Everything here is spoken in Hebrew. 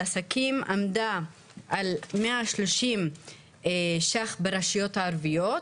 עסקים עמדה על מאה שלושים ₪ ברשויות הערביות,